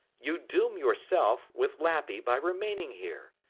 you doom yourself, with lappy, by remaining here.